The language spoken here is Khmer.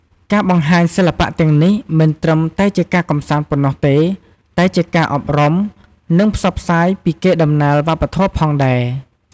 ការបង្ហាញសិល្បៈទាំងនេះមិនត្រឹមតែជាការកម្សាន្តប៉ុណ្ណោះទេ តែជាការអប់រំ និងផ្សព្វផ្សាយពីកេរដំណែលវប្បធម៌ផងដែរ។